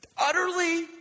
utterly